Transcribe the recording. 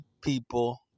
people